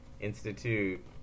institute